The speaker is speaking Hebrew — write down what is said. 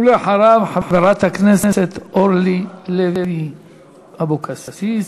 ואחריו, חברת הכנסת אורלי לוי אבקסיס.